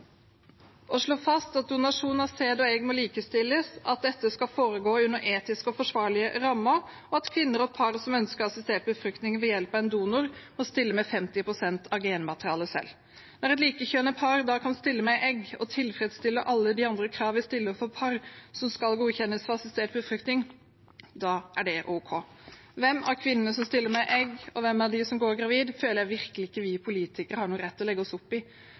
å slå fast at donasjon av sæd og egg må likestilles, at dette skal foregå under etiske og forsvarlige rammer, og at kvinner og par som ønsker assistert befruktning ved hjelp av en donor, må stille med 50 pst. av genmaterialet selv. Når et likekjønnet par kan stille med egg, og tilfredsstiller alle de andre kravene vi stiller til par som skal godkjennes for assistert befruktning, er det ok. Hvem av kvinnene som stiller med egg, og hvem av dem som går gravid, føler jeg virkelig ikke at vi politikere har noen rett til å legge oss opp i.